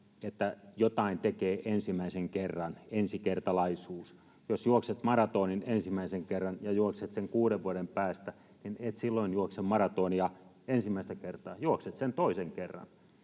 että jotain tekee ensimmäisen kerran, ensikertalaisuus: Jos juokset maratoonin ensimmäisen kerran ja juokset sen kuuden vuoden päästä, niin et silloin juokse maratoonia ensimmäistä kertaa, juokset sen toisen kerran.